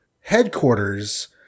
headquarters